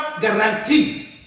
guarantee